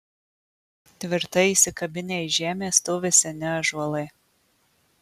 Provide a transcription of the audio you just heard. tvirtai įsikabinę į žemę stovi seni ąžuolai